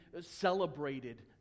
celebrated